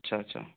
अच्छा अच्छा